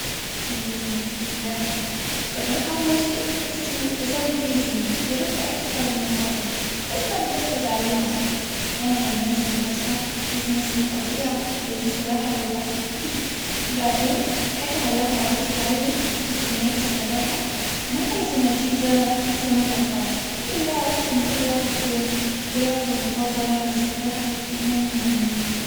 امم السباحة بصراحة مو شيء أسوي فيه زين جربت أكثر من مرة. بس ما قدرت أتعلمها صح. يعني لما أنزل المسبح أحس نفسي اضيع بين السباحة والغرق. بعدين حتى لو حاولت تتعلم تقنيات السباحة. ما كانت النتيجة مثل ما توقعت الحمد لله عرفت إن كل واحد له رياضته المفضلة والسباحة مو من ضمنها.